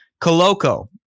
Coloco